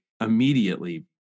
immediately